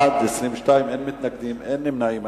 בעד, 22, אין מתנגדים ואין נמנעים.